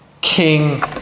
King